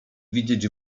widzieć